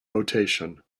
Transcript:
rotation